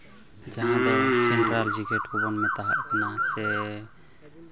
jacket ᱠᱚᱵᱚᱱ ᱢᱮᱛᱟᱫ ᱠᱟᱱᱟ ᱥᱮ